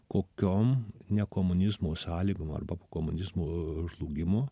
kokiom ne komunizmo sąlygom arba po komunizmo žlugimu